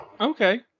Okay